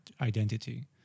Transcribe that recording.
identity